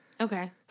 Okay